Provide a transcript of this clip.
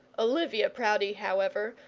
olivia proudie, however,